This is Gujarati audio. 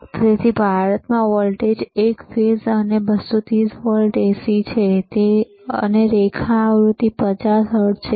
તેથી ભારતમાં વોલ્ટેજ એક ફેઝ અને 230 વોલ્ટ AC છે અને રેખા આવૃતિ 50 હર્ટ્ઝ છે